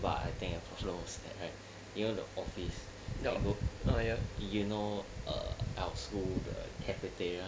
but I think ah at right you know the office you know you know err our school the cafeteria